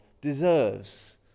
deserves